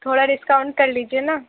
تھوڑا ڈسکاؤنٹ کر لیجیے نا